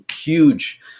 huge